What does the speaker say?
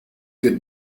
good